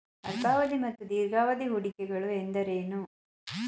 ಅಲ್ಪಾವಧಿ ಮತ್ತು ದೀರ್ಘಾವಧಿ ಹೂಡಿಕೆಗಳು ಎಂದರೇನು?